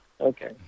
Okay